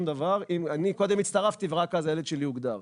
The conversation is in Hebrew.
דבר אם אני קודם הצטרפתי ורק אז הילד שלי הוגדר.